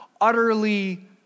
utterly